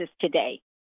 today